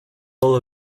role